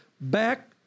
back